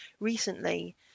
recently